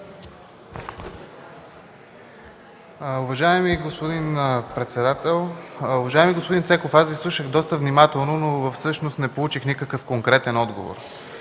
Уважаеми господин председател! Уважаеми господин Цеков, аз Ви слушах доста внимателно, но всъщност не получих никакъв конкретен отговор.